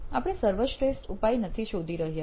આપણે સર્વશ્રેષ્ઠ ઉપાય શોધી રહ્યા નથી